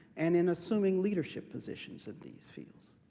and in assuming leadership positions in these fields.